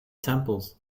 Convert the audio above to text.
temples